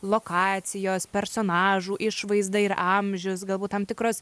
lokacijos personažų išvaizda ir amžius galbūt tam tikros